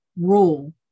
rule